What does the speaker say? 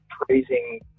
praising